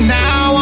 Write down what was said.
now